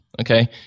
Okay